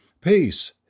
Peace